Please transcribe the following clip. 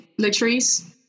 Latrice